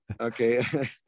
Okay